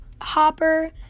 Hopper